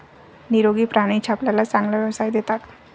निरोगी प्राणीच आपल्याला चांगला व्यवसाय देतात